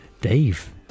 Dave